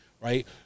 right